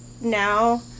now